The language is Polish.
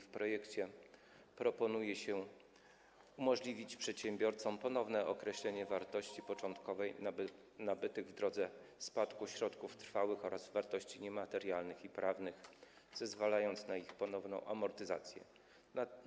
W projekcie proponuje się m.in. umożliwić przedsiębiorcom ponowne określenie wartości początkowej nabytych w drodze spadku środków trwałych oraz wartości niematerialnych i prawnych, zezwalając na ich ponowną amortyzację.